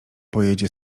pojedzie